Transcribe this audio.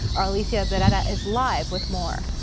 our our lisa but and is live with more.